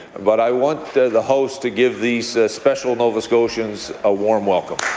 but i want the house to give these special nova scotians a warm welcome.